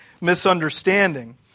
misunderstanding